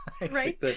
Right